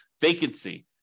vacancy